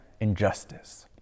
injustice